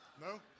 No